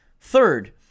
Third